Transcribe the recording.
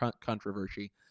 controversy